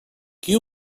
qui